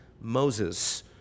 Moses